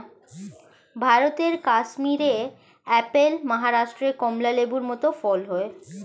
ভারতের কাশ্মীরে আপেল, মহারাষ্ট্রে কমলা লেবুর মত ফল হয়